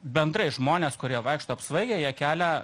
bendrai žmonės kurie vaikšto apsvaigę jie kelia